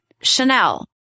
Chanel